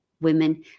women